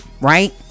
right